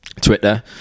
Twitter